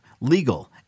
legal